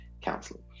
counseling